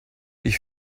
ich